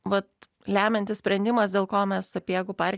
vat lemiantis sprendimas dėl ko mes sapiegų parke